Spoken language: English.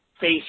face